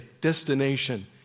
destination